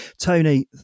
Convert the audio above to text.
tony